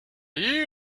you